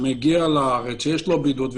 שמגיע לארץ שיש לו בידוד,